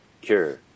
Cure